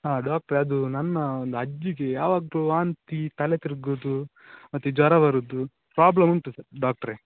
ಹಾಂ ಡಾಕ್ಟ್ರೆ ಅದು ನನ್ನ ಒಂದು ಅಜ್ಜಿಗೆ ಯಾವಾಗಲು ವಾಂತಿ ತಲೆ ತಿರುಗುದು ಮತ್ತೆ ಜ್ವರ ಬರೋದು ಪ್ರಾಬ್ಲಮ್ ಉಂಟು ಸರ್ ಡಾಕ್ಟ್ರೆ